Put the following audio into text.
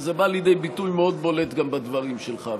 וזה בא לידי ביטוי מאוד בולט גם בדברים שלך.